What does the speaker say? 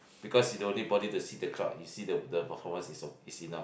because you don't need body to see the clouds you see the the performance is so is enough